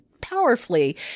powerfully